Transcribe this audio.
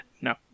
no